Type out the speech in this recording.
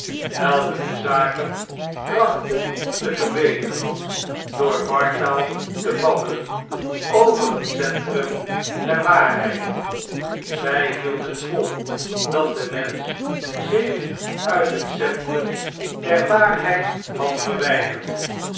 welke de zaken trachtten te verbeteren door wartaal te babbelen over het centrum der waarheid zg hielden vol dat de mensch zich uit het centrum der waarheid had verwgderd